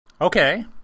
Okay